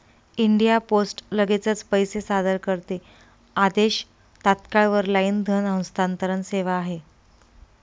India post लगेचच पैसे सादर करते आदेश, तात्काळ वर लाईन धन हस्तांतरण सेवा आहे